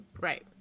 Right